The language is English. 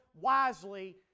wisely